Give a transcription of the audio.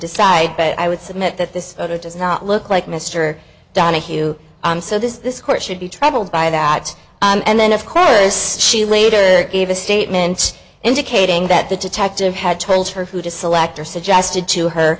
decide but i would submit that this does not look like mr donahue so this is this court should be troubled by that and then of course was she later gave a statement indicating that the detective had told her who to select or suggested to her